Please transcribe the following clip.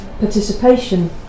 participation